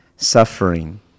suffering